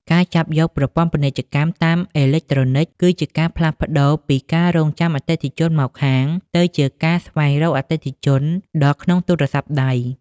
ការចាប់យក ប្រព័ន្ធពាណិជ្ជកម្មតាមអេឡិចត្រូនិក គឺជាការផ្លាស់ប្តូរពីការរង់ចាំអតិថិជនមកហាង ទៅជាការស្វែងរកអតិថិជនដល់ក្នុងទូរស័ព្ទដៃ។